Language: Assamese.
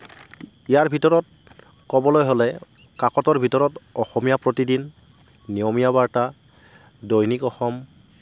ইয়াৰ ভিতৰত ক'বলৈ হ'লে কাকতৰ ভিতৰত অসমীয়া প্ৰতিদিন নিয়মীয়া বাৰ্তা দৈনিক অসম